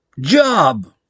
job